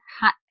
hot